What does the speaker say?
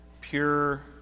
pure